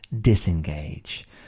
disengage